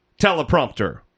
Teleprompter